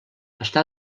està